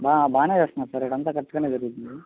బా బాగానే చేస్తున్నారు సార్ ఇక్కడ అంతా కరెక్ట్గానే జరుగుతుంది